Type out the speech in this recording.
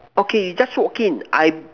okay you just walk in I